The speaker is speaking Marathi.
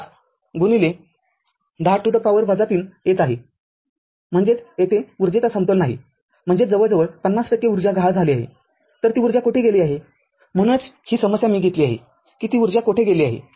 ५१० to the power ३ ज्यूल्स येत आहेम्हणजेचतेथे ऊर्जेचा समतोल नाहीम्हणजेचजवळजवळ ५० टक्के उर्जा गहाळ झाली आहे तर तर ती उर्जा कुठे गेली आहेम्हणूनच ही समस्या मी घेतली आहे की ती उर्जा कोठे गेली आहे